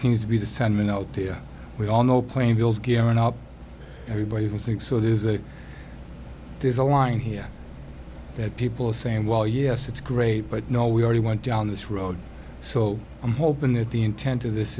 seems to be the sentiment out there we all know playing bills gearing up everybody will think so there's a there's a line here that people are saying well yes it's great but no we already went down this road so i'm hoping that the intent of this